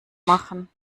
machen